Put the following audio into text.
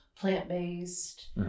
plant-based